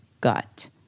gut